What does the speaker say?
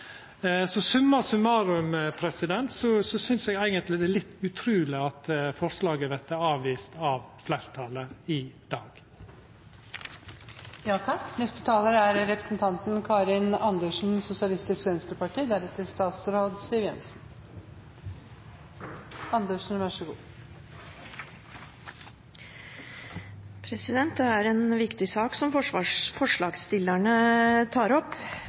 Så summa summarum synest eg eigentleg det er litt utruleg at forslaget vert avvist av fleirtalet i dag. Det er en viktig sak som forslagsstillerne tar opp,